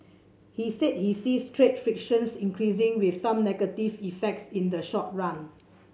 he said he sees trade frictions increasing with some negative effects in the short run